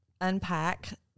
unpack